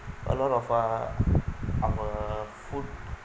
a lot of uh our food